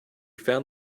found